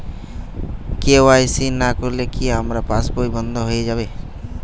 KYC না করলে কি আমার পাশ বই বন্ধ হয়ে যাবে?